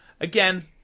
Again